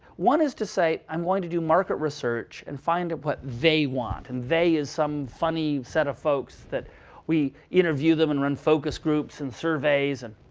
one is to say, i'm going to do market research and find out what they want. and they is some funny set of folks that we interview them and run focus groups and surveys. and